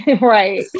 Right